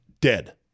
dead